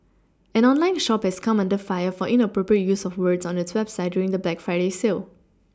an online shop has come under fire for inappropriate use of words on its website during the black Friday sale